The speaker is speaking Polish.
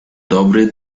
dobry